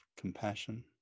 compassion